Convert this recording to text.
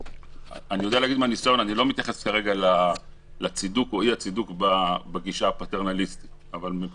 אני לא מתייחס כרגע לשאלה אם הגישה הפטרנליסטית מוצדקת או לא,